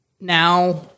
now